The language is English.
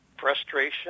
frustration